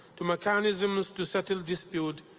to mechanisms to settle dispute,